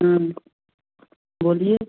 बोलिए